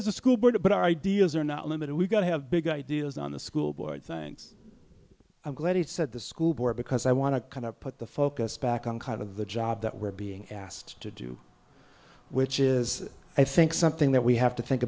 as a school board but our ideas are not limited we got to have big ideas on the school board things i'm glad said the school board because i want to kind of put the focus back on kind of the job that we're being asked to do which is i think something that we have to think